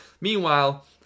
meanwhile